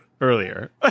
earlier